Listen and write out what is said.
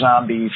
zombies